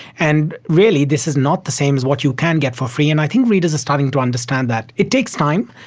and really this is not the same as what you can get for free. and i think readers are starting to understand that. it takes time.